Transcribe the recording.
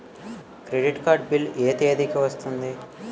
Credit card bill ఎ తేదీ కి వస్తుంది?